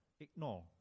Ignore